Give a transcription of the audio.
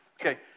Okay